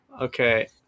Okay